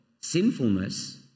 sinfulness